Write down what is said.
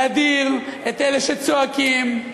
להדיר את אלה שצועקים,